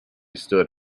stood